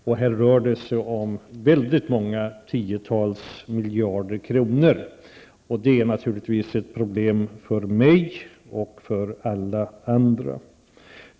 Det rör sig om många tiotal miljarder kronor, och det är naturligtvis ett problem för mig och för alla andra.